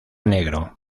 negro